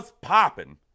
popping